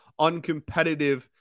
uncompetitive